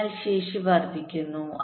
അതിനാൽ ശേഷി വർദ്ധിക്കുന്നു